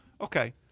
okay